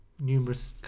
numerous